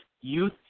youth